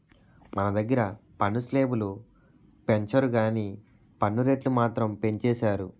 మన దగ్గిర పన్ను స్లేబులు పెంచరు గానీ పన్ను రేట్లు మాత్రం పెంచేసారు